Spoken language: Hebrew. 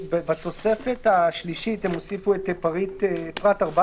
בתוספת השלישית הם הוסיפו את פרט 14)